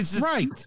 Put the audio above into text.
right